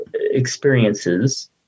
experiences